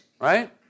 right